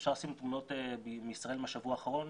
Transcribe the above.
אפשר לשים תמונות מישראל מהשבוע האחרון.